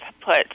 put